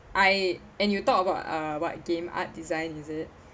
I and you talk about uh what game art design is it